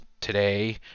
today